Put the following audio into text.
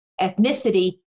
ethnicity